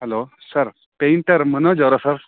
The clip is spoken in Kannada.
ಹಲೋ ಸರ್ ಪೇಂಯ್ಟರ್ ಮನೋಜವರ ಸರ್